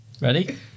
ready